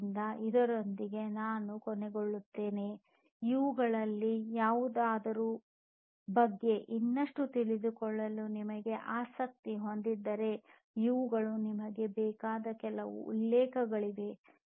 ಆದ್ದರಿಂದ ಇದರೊಂದಿಗೆ ನಾವು ಕೊನೆಗೊಳ್ಳುತ್ತೇವೆ ಇವುಗಳಲ್ಲಿ ಯಾವುದಾದರೂ ಬಗ್ಗೆ ಇನ್ನಷ್ಟು ತಿಳಿದುಕೊಳ್ಳಲು ನೀವು ಆಸಕ್ತಿ ಹೊಂದಿದ್ದರೆ ಇವುಗಳು ನಿಮಗೆ ಬೇಕಾದ ಈ ಕೆಲವು ಉಲ್ಲೇಖಗಳಿವೆ